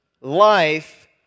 life